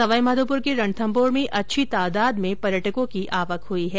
सवाईमाधोपुर के रणथम्भौर में अच्छी तादाद में पर्यटकों की आवक हुई है